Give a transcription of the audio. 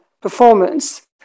performance